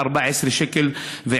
ב-14.10 שקלים.